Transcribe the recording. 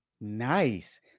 Nice